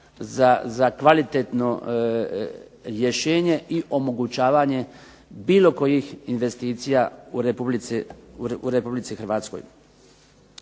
za kvalitetno rješenje i omogućavanje bilo kojih investicija u Republici Hrvatskoj.